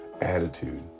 attitude